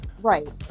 right